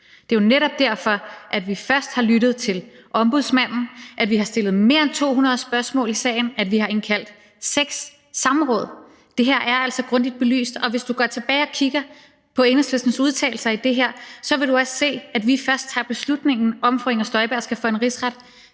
Det er jo netop derfor, vi først har lyttet til Ombudsmanden, vi har stillet mere end 200 spørgsmål i sagen, og vi har indkaldt til seks samråd. Det her er altså grundigt belyst, og hvis du går tilbage og kigger på Enhedslistens udtalelser om det her, så vil du også se, at vi først tager beslutningen om, om fru Inger Støjberg skal for en rigsret